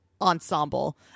ensemble